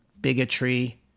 bigotry